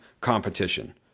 competition